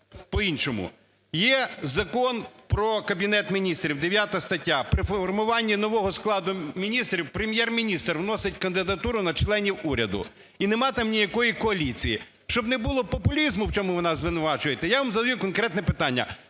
по-іншому. Є Закон про Кабінет Міністрів, 9 стаття. При формуванні нового складу міністрів Прем'єр-міністр вносить кандидатуру на членів уряду, і немає там ніякої коаліції. Щоб не було популізму, в чому ви нас звинувачуєте, я вам задаю конкретне питання: